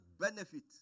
benefit